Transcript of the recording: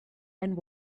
and